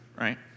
right